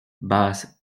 basses